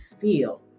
feel